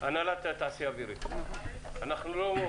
הנהלת התעשייה האווירית, בבקשה.